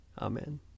Amen